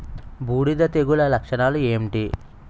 బూడిద తెగుల లక్షణాలు ఏంటి?